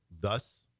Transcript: Thus